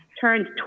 turned